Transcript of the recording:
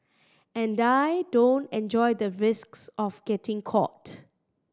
and I don't enjoy the risks of getting caught